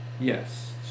Yes